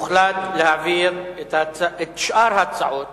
הוחלט להעביר את שאר ההצעות